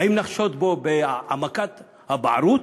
האם נחשוד בו בהעמקת הבערות?